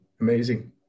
amazing